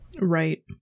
right